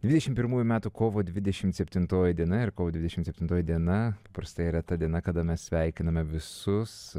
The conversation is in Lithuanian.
dvidešimt pirmųjų metų kovo dvidešimt septintoji diena ir kovo dvidešimt septintoji diena paprastai yra ta diena kada mes sveikiname visus